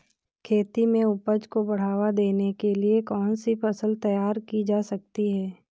खेती में उपज को बढ़ावा देने के लिए कौन सी फसल तैयार की जा सकती है?